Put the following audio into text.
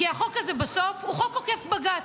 כי החוק הזה בסוף הוא חוק עוקף בג"ץ.